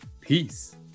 peace